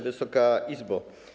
Wysoka Izbo!